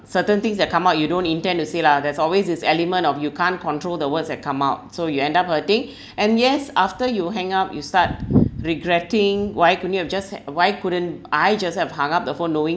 certain things that come out you don't intend to say lah there's always this element of you can't control the words that come out so you end up hurting and yes after you hang up you start regretting why couldn't you just had uh why couldn't I just have hung up the phone knowing